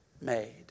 made